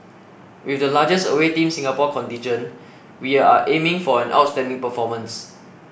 with the largest away Team Singapore contingent we are aiming for an outstanding performance